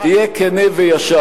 תהיה כן וישר.